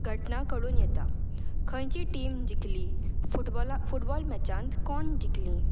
घटना कळून येता खंयची टिम जिकली फुटबॉला फुटबॉल मॅचान कोण जिकली